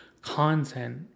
content